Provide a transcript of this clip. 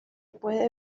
puede